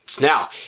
Now